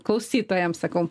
klausytojams sakau